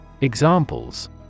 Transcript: Examples